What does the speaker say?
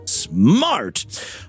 Smart